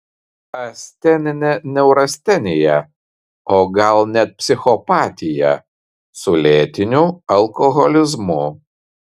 asteninė neurastenija o gal net psichopatija su lėtiniu alkoholizmu